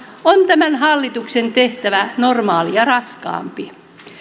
on tämän hallituksen tehtävä normaalia raskaampi